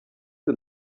the